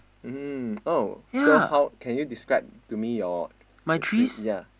mmhmm oh so how can you describe to me your the tree ya